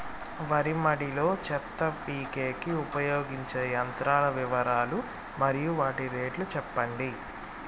వరి మడి లో చెత్త పీకేకి ఉపయోగించే యంత్రాల వివరాలు మరియు వాటి రేట్లు చెప్పండి?